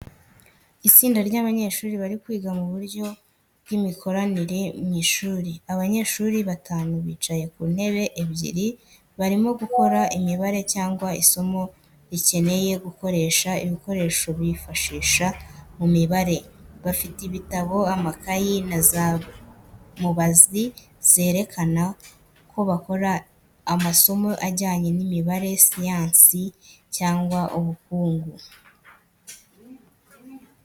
Itsinda ry’abanyeshuri bari kwiga mu buryo bw’imikoranire mu ishuri. Abanyeshuri batanu bicaye ku ntebe ebyiri barimo gukora imibare cyangwa isomo rikeneye gukoresha ibikoresho bibafasha mu mibare. Bafite ibitabo, amakayi, na za mubazi zerekana ko bakora amasomo ajyanye n’imibare, siyansi, cyangwa ubukungu.